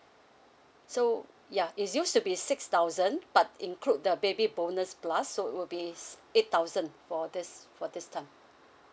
so ya is used to be six thousand but include the baby bonus plus so it will be eight thousand for this for this time